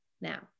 now